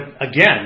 again